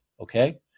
okay